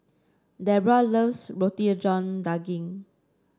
Debora loves Roti John Daging